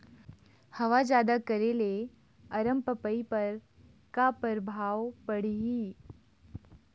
हवा जादा करे ले अरमपपई पर का परभाव पड़िही?